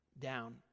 down